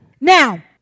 Now